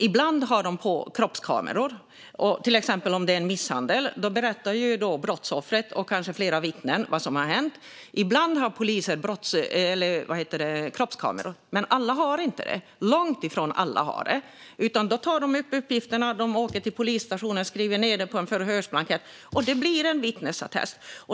Ibland har de kroppskameror på, till exempel om det är en misshandel. Då berättar ju brottsoffret och kanske flera vittnen vad som har hänt. Ibland har poliser kroppskameror, men alla har inte det. Långt ifrån alla har det. Då tar de uppgifterna och åker till polisstationen och skriver ned dem på en förhörsblankett. Det blir en vittnesattest.